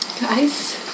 Guys